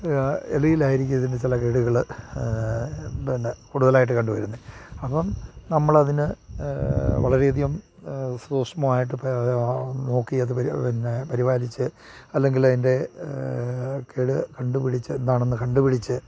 ഇലയിലായിരിക്കും ഇതിൻ്റെ ചില കേടുകൾ പിന്നെ കൂടുതലായിട്ട് കണ്ടു വരുന്നത് അപ്പം നമ്മൾ അതിന് വളരെഅധികം സൂഷ്മമായിട്ട് നോക്കി അത് പിന്നെ പരിപാലിച്ചു അല്ലെങ്കിൽ അതിൻ്റെ കേട് കണ്ടുപിടിച്ചു എന്താണെന്ന് കണ്ടുപിടിച്ചു